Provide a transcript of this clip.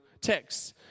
texts